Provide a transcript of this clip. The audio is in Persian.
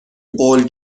قول